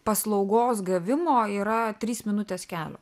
paslaugos gavimo yra trys minutės kelio